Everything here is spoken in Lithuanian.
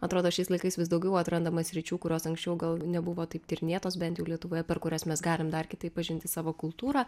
atrodo šiais laikais vis daugiau atrandama sričių kurios anksčiau gal nebuvo taip tyrinėtos bent jau lietuvoje per kurias mes galim dar kitaip pažinti savo kultūrą